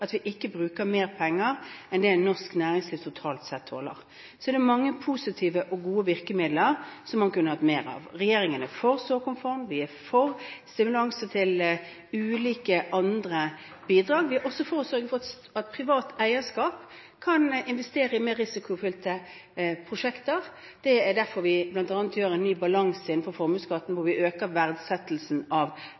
at vi ikke bruker mer penger enn det norsk næringsliv totalt sett tåler. Så er det mange positive og gode virkemidler som man kunne hatt mer av. Regjeringen er for såkornfond, vi er for stimulans til ulike andre bidrag, og vi er også for at privat eierskap kan investere i mer risikofylte prosjekter. Det er derfor vi bl.a. foreslår en ny balanse innenfor formuesskatten, hvor